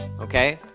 okay